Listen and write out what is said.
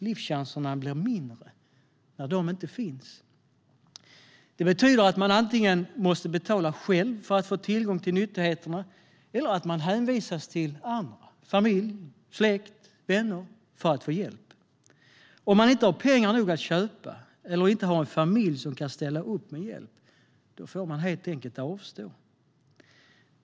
Livschanserna blir mindre när de inte finns. Det betyder att man antingen måste betala själv för att få tillgång till nyttigheterna eller att man hänvisas till andra - familj, släkt och vänner - för att få hjälp. Om man inte har pengar nog för att köpa eller inte har en familj som kan ställa upp med hjälp får man helt enkelt avstå.